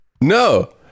No